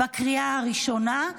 בקריאה הראשונה.